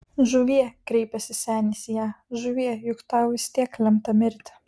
žuvie kreipėsi senis į ją žuvie juk tau vis tiek lemta mirti